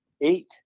eight